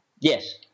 Yes